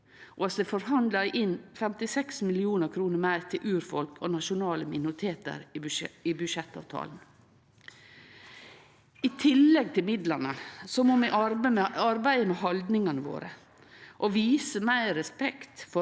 og vi har forhandla inn 56 mill. kr meir til urfolk og nasjonale minoritetar i budsjettavtalen. I tillegg til midlane må vi arbeide med haldningane våre og vise meir respekt